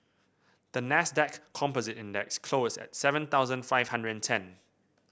the Nasdaq Composite Index closed at seven thousand five hundred and ten